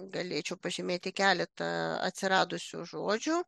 galėčiau pažymėti keletą atsiradusių žodžių